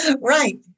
Right